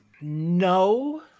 No